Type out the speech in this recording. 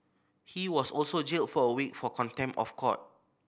he was also jailed for a week for contempt of court